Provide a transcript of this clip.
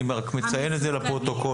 אני רק מציין את זה לפרוטוקול.